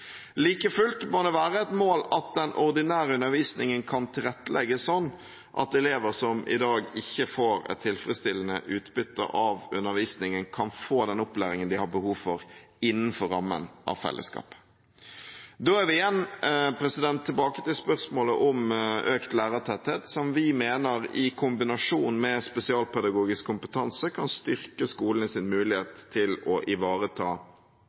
Like fullt må det være et mål at den ordinære undervisningen kan tilrettelegges sånn at elever som i dag ikke får et tilfredsstillende utbytte av undervisningen, kan få den opplæringen de har behov for, innenfor rammen av fellesskapet. Da er vi igjen tilbake til spørsmålet om økt lærertetthet, som vi mener, i kombinasjon med spesialpedagogisk kompetanse, kan styrke skolenes mulighet til å ivareta